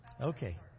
Okay